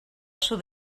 sud